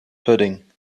pudding